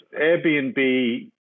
Airbnb